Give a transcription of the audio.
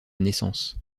naissance